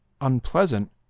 unpleasant